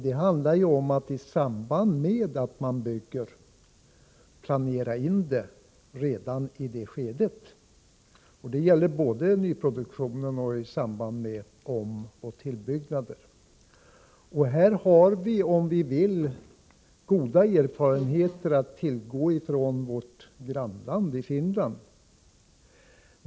Det handlar om att redan i byggskedet planera in förvaringsutrymmen för matvaror. Det gäller både i nyproduktionen och i samband med omoch tillbyggnader. På detta område har vi — om vi vill utnyttja dem — goda erfarenheter att tillgå från vårt grannland Finland.